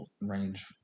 range